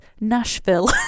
nashville